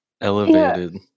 elevated